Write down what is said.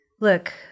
Look